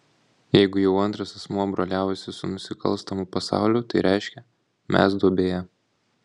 jeigu jau antras asmuo broliaujasi su nusikalstamu pasauliu tai reiškia mes duobėje